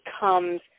becomes